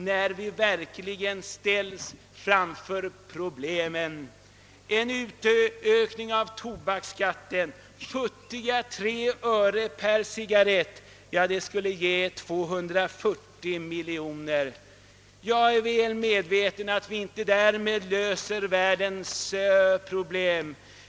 när vi som i dag ställs inför att försöka lösa problem och vakna. En utökning av tobaksskatten, futtiga 3 öre per cigarrett, skulle ge 240 miljoner. Jag är väl medveten om att vi inte därmed löser världens problem.